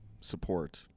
support